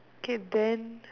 okay then